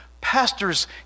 pastors